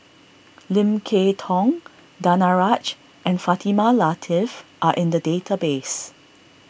Lim Kay Tong Danaraj and Fatimah Lateef are in the database